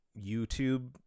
youtube